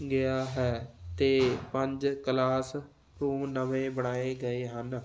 ਗਿਆ ਹੈ ਅਤੇ ਪੰਜ ਕਲਾਸਰੂਮ ਨਵੇਂ ਬਣਾਏ ਗਏ ਹਨ